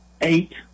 eight